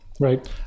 Right